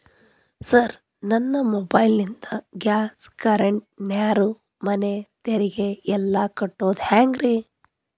Sir ನನ್ನ mobile ನಿಂದ gas, current, ನೇರು, ಮನೆ ತೆರಿಗೆ ಎಲ್ಲಾ ಕಟ್ಟೋದು ಹೆಂಗ್ರಿ?